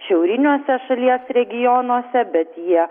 šiauriniuose šalies regionuose bet jie